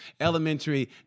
elementary